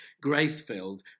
grace-filled